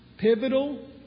Pivotal